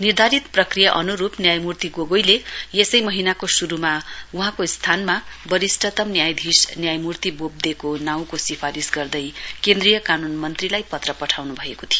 निर्धारित प्रक्रिया अनुरुप न्यायमूर्ति गोगोईले यसै महीनाको शुरुमा वहाँको स्थानमा वरिष्टतम न्यायाधीश न्यायमूर्ति वोवदेको नाउँको सिफारिश गर्दै केन्द्रीय कानून मन्त्रीलाई पत्र पठाउनु भएको थियो